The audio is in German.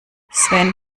sven